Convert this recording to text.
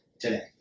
Today